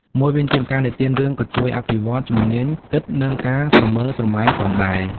មួយវិញទៀត ការនិទានរឿងក៏ជួយ អភិវឌ្ឍជំនាញគិត និងការស្រមើលស្រមៃ ផងដែរ។